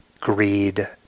greed